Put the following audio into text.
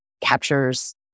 captures